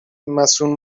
مصون